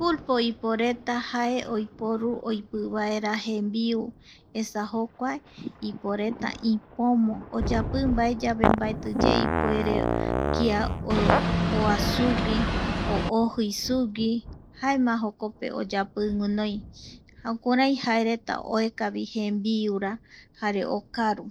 Pulpo iporeta jae oiporu oipii vaera jembiu esa jokua iporeta ipomo oyapi mbae yave ipomo oyapi yae mbaetiye kia oa sugui o ojii sugui jaema jokope oyapi guinoi kurai jaereta oeka vi jembiura jare okaru.